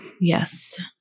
Yes